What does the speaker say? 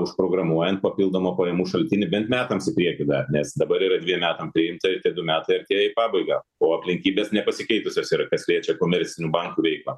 užprogramuojant papildomą pajamų šaltinį bent metams į priekį dar nes dabar yra dviem metam priimta ir tie du metai artėja į pabaigą o aplinkybės nepasikeitusios yra kas liečia komercinių bankų veiklą